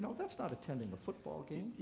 so that's not attending a football game.